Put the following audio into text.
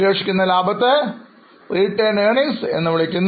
ശേഷിക്കുന്ന ലാഭത്തെ Retained Earnings എന്നു വിളിക്കുന്നു